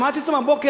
שמעתי אותם הבוקר,